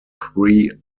three